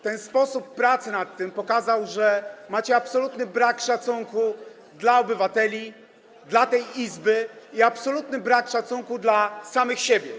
Ten sposób pracy nad tym pokazał, że macie absolutny brak szacunku dla obywateli, dla tej Izby i absolutny brak szacunku dla samych siebie.